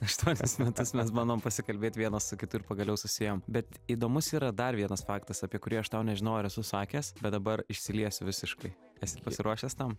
aštuonis metus mes bandom pasikalbėt vienas su kitu ir pagaliau susiėjom bet įdomus yra dar vienas faktas apie kurį aš tau nežinau ar esu sakęs bet dabar išsiliesiu visiškai esi pasiruošęs tam